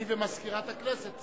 אני ומזכירת הכנסת,